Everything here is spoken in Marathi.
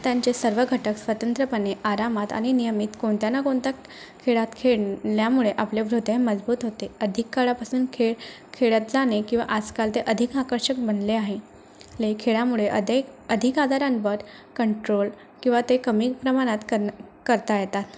त्यांचे सर्व घटक स्वतंत्रपणे आरामात आणि नियमित कोणत्या ना कोणत्या खेळात खेळल्यामुळे आपले हृदय मजबूत होते अधिक काळापासून खेळ खेळत जाणे किंवा आजकाल ते अधिक आकर्षक बनले आहे ले खेळामुळे अधिक अधिक आजारांवर कंट्रोल किंवा ते कमी प्रमाणात कन करता येतात